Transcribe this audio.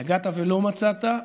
יגעת ולא מצאת,